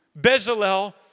Bezalel